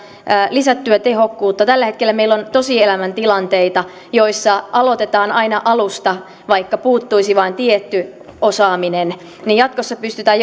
lisättyä tehokkuutta tällä hetkellä meillä on tosielämän tilanteita joissa aloitetaan aina alusta vaikka puuttuisi vain tietty osaaminen ja jatkossa pystytään